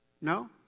No